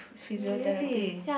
really